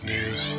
News